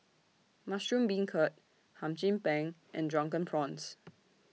Mushroom Beancurd Hum Chim Peng and Drunken Prawns